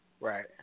Right